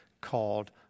called